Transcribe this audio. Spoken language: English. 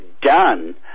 done